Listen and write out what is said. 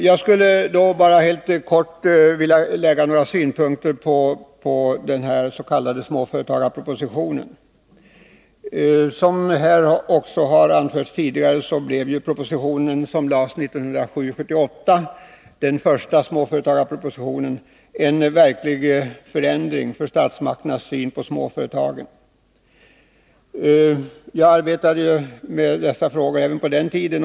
Jag skall helt kort bara anlägga några synpunkter på den s.k. småföretagarpropositionen. Som också anförts här tidigare blev den proposition som lades fram 1977/78, den första småföretagarpropositionen, en verklig förändring i fråga om statsmakternas syn på småföretagen. Även på den tiden arbetade jag med dessa frågor.